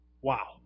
Wow